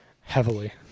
Heavily